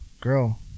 girl